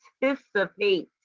participate